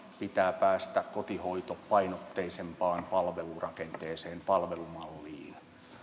pitää päästä kotihoitopainotteisempaan palvelurakenteeseen palvelumalliin